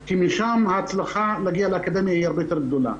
כי משם ההצלחה להגיע לאקדמיה הרבה יותר גדולה,